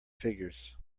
figures